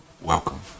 welcome